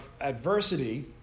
Adversity